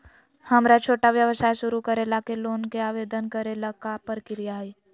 हमरा छोटा व्यवसाय शुरू करे ला के लोन के आवेदन करे ल का प्रक्रिया हई?